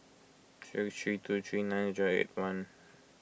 six three two three nine zero eight one